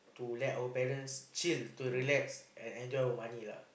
to let our parents chill to relax and enjoy our money lah